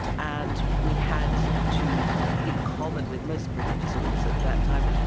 and we had to in common with most religious orders at that time,